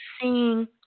seeing